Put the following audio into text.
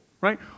right